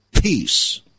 Peace